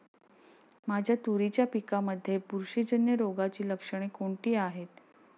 माझ्या तुरीच्या पिकामध्ये बुरशीजन्य रोगाची लक्षणे कोणती आहेत?